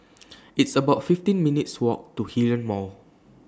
It's about fifteen minutes' Walk to Hillion Mall